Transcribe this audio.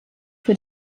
für